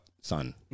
son